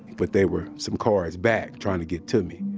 but they were some cars back trying to get to me.